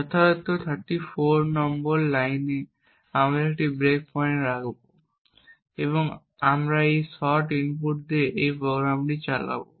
যথারীতি 34 নম্বর লাইনে একটি ব্রেকপয়েন্ট রাখব এবং আমরা একই শট ইনপুট দিয়ে এই প্রোগ্রামটি চালাব